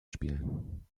spielen